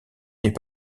est